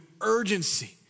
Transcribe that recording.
urgency